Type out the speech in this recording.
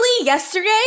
yesterday